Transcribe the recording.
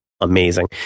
amazing